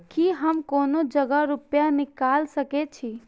की हम कोनो जगह रूपया निकाल सके छी?